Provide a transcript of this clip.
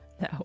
No